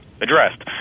addressed